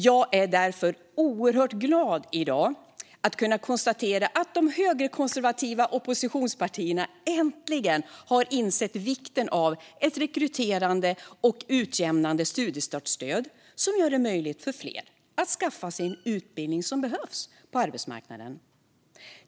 Jag är därför oerhört glad i dag att kunna konstatera att de högerkonservativa oppositionspartierna äntligen har insett vikten av ett rekryterande och utjämnande studiestartsstöd som gör det möjligt för fler att skaffa sig en utbildning som behövs på arbetsmarknaden.